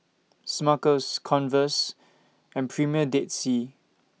Smuckers Converse and Premier Dead Sea